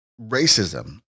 racism